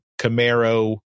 Camaro